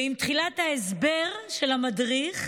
עם תחילת ההסבר של המדריך